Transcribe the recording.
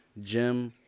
gym